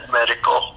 medical